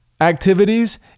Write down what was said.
activities